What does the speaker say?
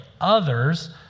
others